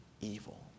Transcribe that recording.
evil